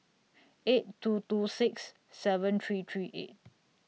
eight two two six seven three three eight